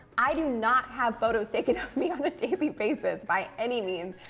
i do not have photos taken of me on a daily basis, by any means.